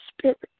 Spirit